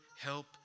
help